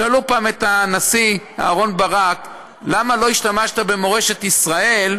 שאלו פעם את הנשיא אהרן ברק: למה לא השתמשת במורשת ישראל?